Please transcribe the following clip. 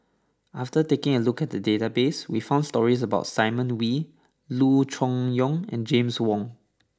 after taking a look at the database we found stories about Simon Wee Loo Choon Yong and James Wong